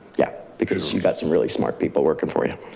yeah, because you've got some really smart people working for you.